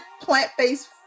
plant-based